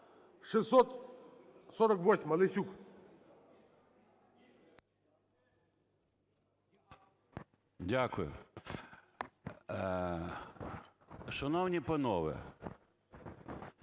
Дякую. Шановні панове,